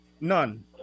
None